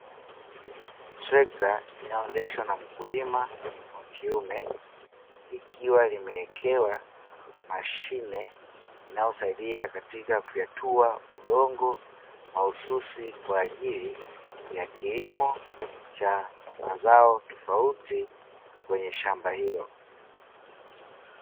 Trekta linaloendeshwa na mkulima wa kiume, likiwa limewekewa mashine inayosaidia katika kufyatua udongo mahususi kwa ajili ya kilimo cha mazao tofauti kwenye shamba hilo.